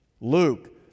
Luke